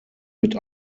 mit